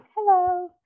Hello